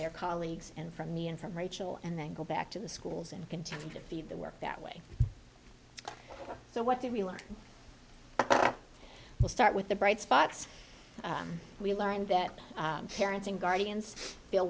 their colleagues and from me and from rachel and then go back to the schools and continue to feed the work that way so what did we learn we'll start with the bright spots we learned that parents and guardians feel